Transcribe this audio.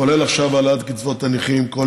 כולל עכשיו, העלאת קצבאות הנכים.